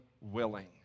willing